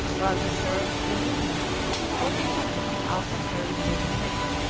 while the third, the nina of forty tons, also carried eighteen men.